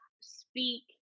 speak